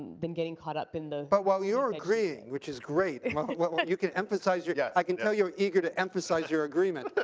than getting caught up in the but while you're agreeing, which is great you can emphasize your yes. i can tell you're eager to emphasize your agreement.